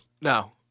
No